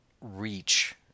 reach